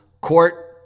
Court